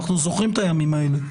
אנחנו זוכרים את הימים האלה.